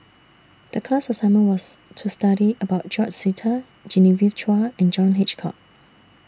The class assignment was to study about George Sita Genevieve Chua and John Hitchcock